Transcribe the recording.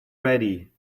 ready